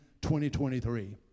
2023